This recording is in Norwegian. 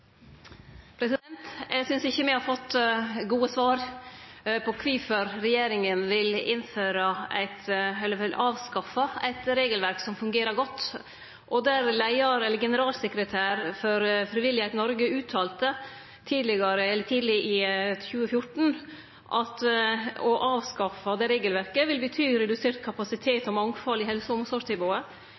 Eg synest ikkje me har fått gode svar på kvifor regjeringa vil avskaffe eit regelverk som fungerer godt. Generalsekretæren for Frivillighet Norge uttalte tidleg i 2014 at det å avskaffe det regelverket vil bety redusert kapasitet og mangfald i helse- og